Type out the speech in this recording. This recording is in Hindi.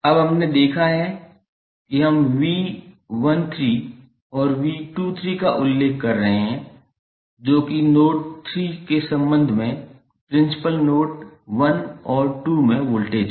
अब हमने देखा है कि हम 𝑉13 और 𝑉23 का उल्लेख कर रहे हैं जो कि नोड 3 के संबंध में प्रिंसिपल नोड 1 और 2 में वोल्टेज है